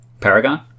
Paragon